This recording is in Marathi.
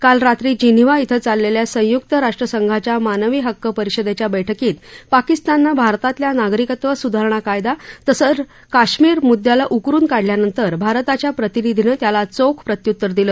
काल रात्री जिनिव्हा इथं चाललेल्या संयुक्त राष्ट्रसंघाच्या मानवी हक्क परिषदेच्या बैठकीत पाकिस्ताननं भारतातल्या नागरिकत्व सुधारणा कायदा तसंच काश्मीर मृद्दयाला उकरुन काढल्यानंतर भारताच्या प्रतिनिधीनं त्याला चोख प्रत्य्तर दिलं